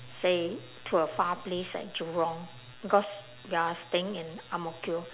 say to a far place like jurong because we are staying in ang mo kio